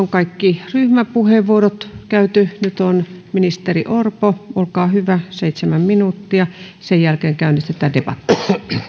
kaikki ryhmäpuheenvuorot käyty nyt ministeri orpo olkaa hyvä seitsemän minuuttia sen jälkeen käynnistetään debatti